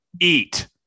Eat